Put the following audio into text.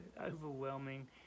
overwhelming